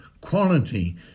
quality